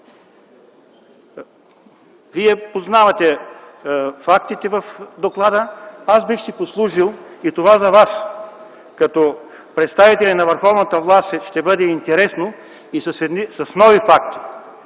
Вие познавате фактите в доклада. Аз бих си послужил, и това за Вас като представители на върховната власт ще бъде интересно, с нови факти.